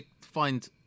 find